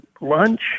lunch